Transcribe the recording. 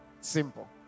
Simple